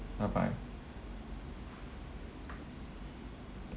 bye bye